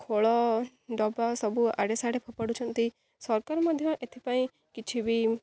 ଖୋଳ ଡବା ସବୁ ଇଆଡ଼େ ସିଆଡ଼େ ଫୋପାଡ଼ୁଛନ୍ତି ସରକାର ମଧ୍ୟ ଏଥିପାଇଁ କିଛି ବି